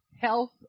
health